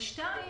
שתיים,